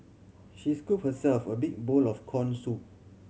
she scoop herself a big bowl of corn soup